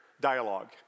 dialogue